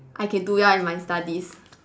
I can do well in my studies